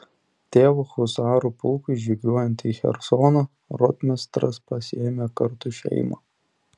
tėvo husarų pulkui žygiuojant į chersoną rotmistras pasiėmė kartu šeimą